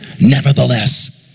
Nevertheless